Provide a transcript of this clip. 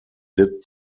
did